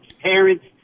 parents